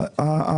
אתה מרוויח פה,